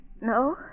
No